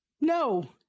no